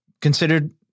considered